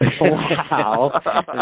wow